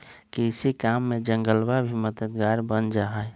कृषि काम में जंगलवा भी मददगार बन जाहई